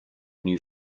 new